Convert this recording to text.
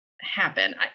happen